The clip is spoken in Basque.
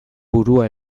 burua